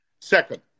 Second